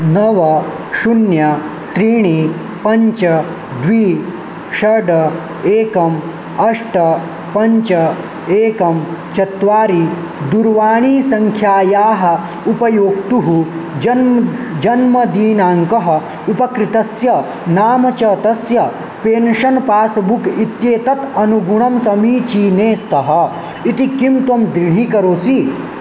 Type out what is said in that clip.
नव शून्यं त्रीणि पञ्च द्वे षड् एकम् अष्ट पञ्च एकं चत्वारि दूरवाणीसङ्ख्यायाः उपयोक्तुः जन्म जन्मदिनाङ्कः उपकृतस्य नाम च तस्य पेन्षन् पास्बुक् इत्येत् अनुगुणं समीचीने स्तः इति किं त्वं दृढीकरोषि